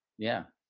yeah.